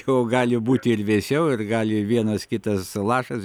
jau gali būti ir vėsiau ir gali vienas kitas lašas